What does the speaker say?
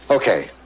Okay